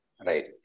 Right